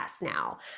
now